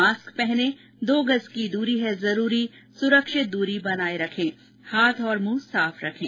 mask पहनें दो गज़ की दूरी है जरूरी सुरक्षित दूरी बनाए रखें हाथ और मुंह साफ रखें